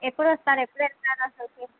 ఎపుడు వస్తారు ఎపుడు వెళ్తారు అసలు